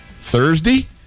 thursday